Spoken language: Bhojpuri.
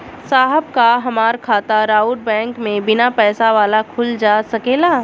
साहब का हमार खाता राऊर बैंक में बीना पैसा वाला खुल जा सकेला?